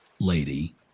lady